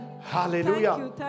Hallelujah